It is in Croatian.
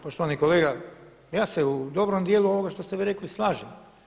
Poštovani kolega, ja se u dobrom dijelu ovoga što ste vi rekli slažem.